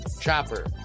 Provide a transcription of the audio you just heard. Chopper